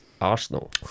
Arsenal